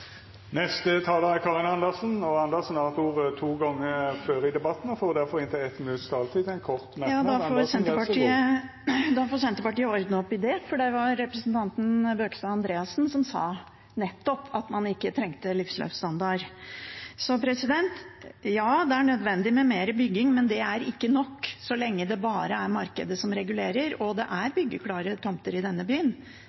Karin Andersen har hatt ordet to gonger tidlegare og får ordet til ein kort merknad, avgrensa til 1 minutt. Da får Senterpartiet ordne opp i det, for det var representanten Bøkestad Andreassen som sa at man ikke trengte livsløpsstandard. Ja, det er nødvendig med mer bygging, men det er ikke nok så lenge det bare er markedet som regulerer. Og det er